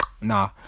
Nah